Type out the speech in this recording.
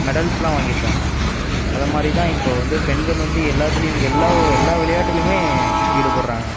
மெடல்ஸ்லாம் வாங்கிருக்காங்கள் அதை மாதிரி தான் இப்போது வந்து பெண்கள் வந்து எல்லாத்துலேயும் எல்லா ஒ எல்லா விளையாட்டிலுமே ஈடுபடுகிறாங்க